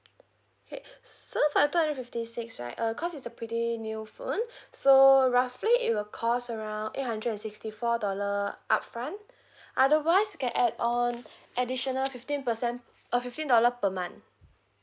okay so for the two hundred fifty six right uh cause it's a pretty new phone so roughly it will cost around eight hundred and sixty four dollar upfront otherwise you can add on additional fifteen percent uh fifteen dollar per month